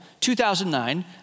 2009